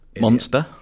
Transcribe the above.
Monster